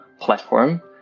platform